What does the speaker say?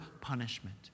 punishment